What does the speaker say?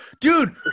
Dude